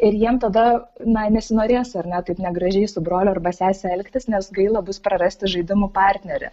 ir jiem tada na nesinorės ar ne taip negražiai su broliu arba sese elgtis nes gaila bus prarasti žaidimų partnerį